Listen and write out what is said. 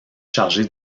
chargé